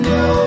no